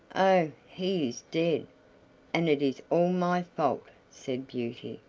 oh! he is dead and it is all my fault, said beauty,